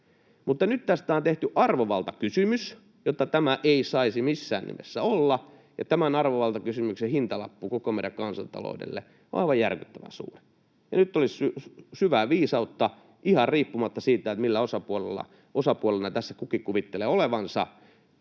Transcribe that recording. Mutta nyt tästä on tehty arvovaltakysymys, jota tämä ei saisi missään nimessä olla, ja tämän arvovaltakysymyksen hintalappu koko meidän kansantaloudelle on aivan järkyttävän suuri. Nyt olisi syvää viisautta ihan riippumatta siitä, minä osapuolina tässä kukin kuvittelee olevansa,